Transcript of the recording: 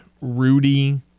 Rudy